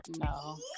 No